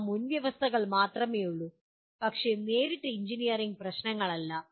അവ മുൻവ്യവസ്ഥകൾ മാത്രമേയുള്ളൂ പക്ഷേ നേരിട്ട് എഞ്ചിനീയറിംഗ് പ്രശ്നങ്ങളല്ല